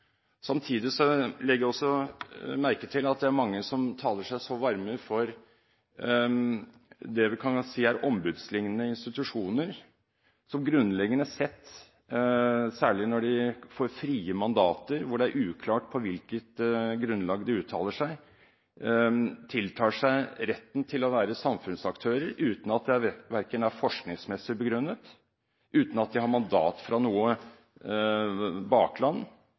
Samtidig legger jeg også merke til at det er mange som taler seg så varme for det vi kan si er ombudslignende institusjoner, som grunnleggende sett – særlig når de får frie mandater, hvor det er uklart på hvilket grunnlag de uttaler seg – tiltar seg retten til å være samfunnsaktører uten at det verken er forskningsmessig begrunnet eller at de har mandat fra noe bakland.